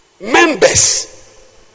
members